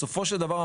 בסופו של דבר,